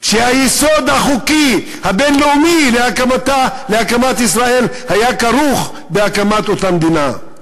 שהרי היסוד החוקי הבין-לאומי להקמת ישראל היה כרוך בהקמת אותה מדינה.